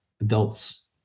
adults